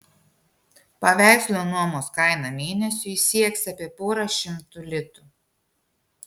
paveikslo nuomos kaina mėnesiui sieks apie porą šimtų litų